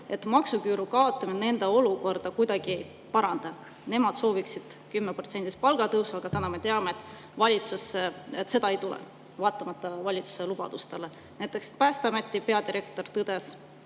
et maksuküüru kaotamine nende olukorda kuidagi ei paranda. Nemad sooviksid 10%-list palgatõusu, aga täna me teame, et seda ei tule, vaatamata valitsuse lubadustele. Näiteks Päästeameti peadirektor ütles